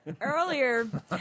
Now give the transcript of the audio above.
Earlier